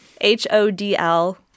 H-O-D-L